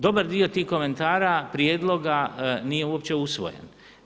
Dobar dio tih komentara, prijedloga nije uopće usvojen.